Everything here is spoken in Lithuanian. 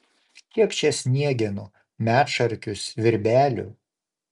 kiek čia sniegenų medšarkių svirbelių